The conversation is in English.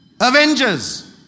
Avengers